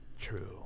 True